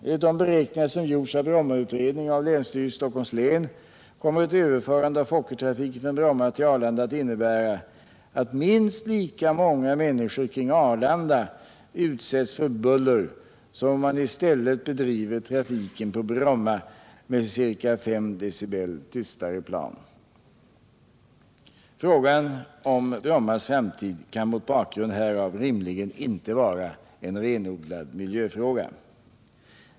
Enligt de beräkningar som gjorts av Brommautredningen och av länsstyrelsen i Stockholms län kommer ett överförande av Fokkertrafiken från Bromma till Arlanda att innebära att minst lika många människor kring Arlanda utsätts för buller som om man i stället bedriver trafiken på Bromma med ca 5 dB tystare flygplan. Frågan om Brommas framtid kan mot bakgrund härav rimligen inte vara en renodlad miljöfråga.